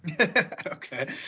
Okay